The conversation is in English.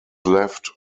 left